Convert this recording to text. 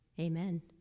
amen